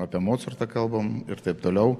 apie mocartą kalbam ir taip toliau